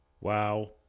Wow